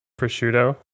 Prosciutto